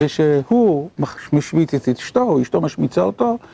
כשהוא משמיץ את אשתו, אשתו משמיצה אותו